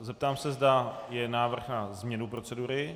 Zeptám se, zda je návrh na změnu procedury.